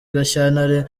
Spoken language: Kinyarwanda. gashyantare